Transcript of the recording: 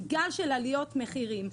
גל של עליות מחירים.